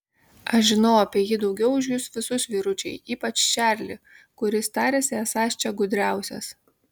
aš žinau apie jį daugiau už jus visus vyručiai ypač čarlį kuris tariasi esąs čia gudriausias